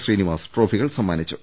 ശ്രീനിവാസ് ട്രോഫികൾ സമ്മാനിച്ചു